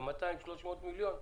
של ה-300-200 מיליון.